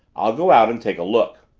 i'll go out and take a look.